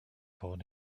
born